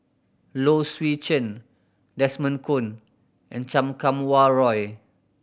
Low Swee Chen Desmond Kon and Chan Kum Wah Roy